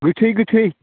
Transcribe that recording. गोथै गोथै